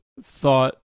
thought